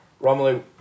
Romelu